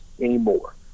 anymore